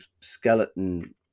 skeleton